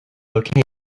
locating